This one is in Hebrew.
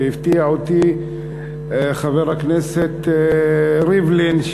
והפתיע אותי חבר הכנסת ריבלין,